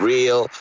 Real